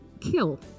kill